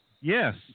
Yes